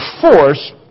force